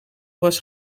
was